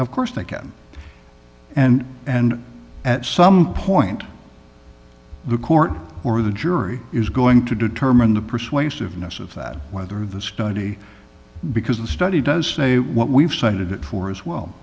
of course they can and and at some point the court or the jury is going to determine the persuasiveness of that whether the study because the study does say what we've cited it for as